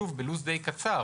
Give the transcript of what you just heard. שתיערך בלו"ז די קצר?